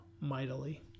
mightily